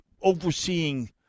overseeing